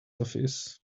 office